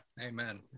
amen